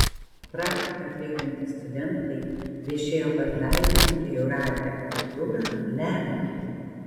praktiką atliekantys studentai viešėjo pas dailininkę jūratę baturą lemkę